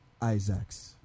Isaacs